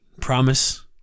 promise